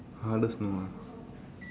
hardest no ah